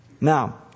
Now